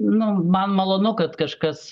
nu man malonu kad kažkas